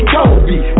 Kobe